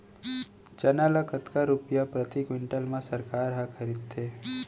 चना ल कतका रुपिया प्रति क्विंटल म सरकार ह खरीदथे?